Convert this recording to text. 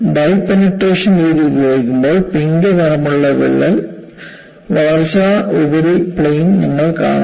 dye penetration രീതി ഉപയോഗിക്കുമ്പോൾ pink നിറമുള്ള വിള്ളൽ വളർച്ചാ ഉപരിപ്ലെയിൻ നിങ്ങൾ കാണുന്നു